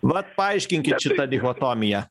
vat paaiškinkit šitą dichotomiją